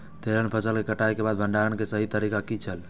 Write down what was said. तेलहन फसल के कटाई के बाद भंडारण के सही तरीका की छल?